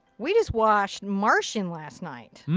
we just watched martian last night.